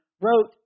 wrote